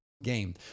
Game